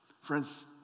Friends